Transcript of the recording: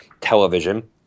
television